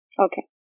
Okay